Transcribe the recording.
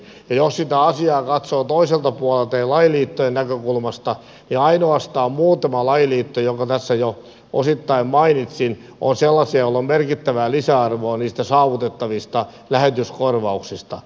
jos asiaa katsoo toiselta puolelta eli lajiliittojen näkökulmasta niin ainoastaan muutama lajiliitto jotka tässä jo osittain mainitsin on sellaisia joilla on merkittävää lisäarvoa niistä saavutettavista lähetyskorvauksista